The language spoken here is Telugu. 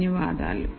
ధన్యవాదాలు